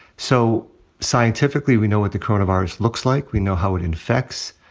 so scientifically we know what the coronavirus looks like. we know how it infects.